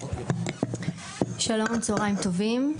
שלום, צהריים טובים.